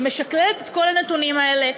היא משקללת את כל הנתונים האלה,